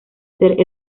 ser